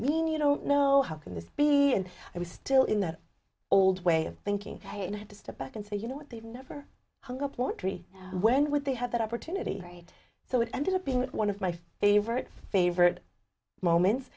mean you don't know how can this be and i was still in that old way of thinking i had to step back and say you know what they've never hung up one tree when would they have that opportunity right so it ended up being one of my favorite favorite moments